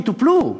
ויטופלו.